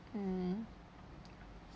hmm